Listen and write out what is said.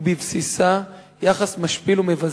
ובבסיסה יחס משפיל ומבזה.